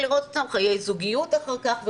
חיי זוגיות אחר כך,